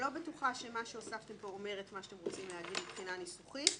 אני לא בטוחה שמה שהוספתם אומר את מה שאתם רוצים להגיד מבחינה ניסוחית,